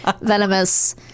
venomous